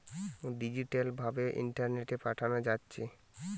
digital ভাবে ইন্টারনেটে পাঠানা যাচ্ছে